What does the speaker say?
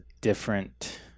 different